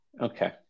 Okay